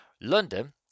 London